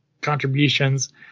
contributions